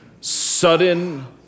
sudden